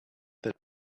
that